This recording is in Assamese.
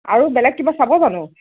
আৰু বেলেগ কিবা চাব জানো